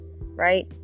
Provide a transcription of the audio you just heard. right